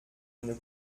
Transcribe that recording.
une